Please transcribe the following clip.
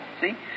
See